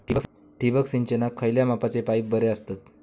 ठिबक सिंचनाक खयल्या मापाचे पाईप बरे असतत?